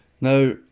Now